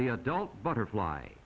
the adult butterfly